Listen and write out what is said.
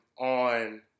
on